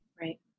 Right